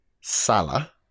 Salah